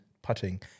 putting